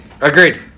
Agreed